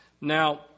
Now